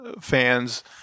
fans